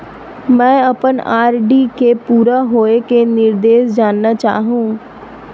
मैं अपन आर.डी के पूरा होये के निर्देश जानना चाहहु